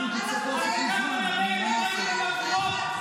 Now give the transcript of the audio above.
אדוני היושב-ראש,